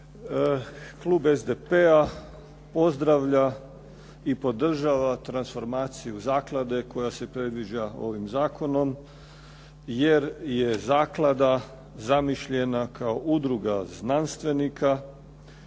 Klub SDP-a pozdravlja i podržava transformaciju zaklade koja se predviđa ovim zakonom, jer je zaklada zamišljena kao udruga znanstvenika